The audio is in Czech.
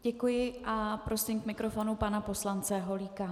Děkuji a prosím k mikrofonu pana poslance Holíka.